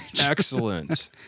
Excellent